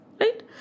right